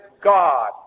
God